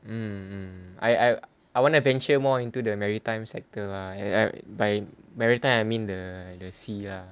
mm mm I I I wanna adventure more into the maritime sector lah and I by maritime you mean the the sea lah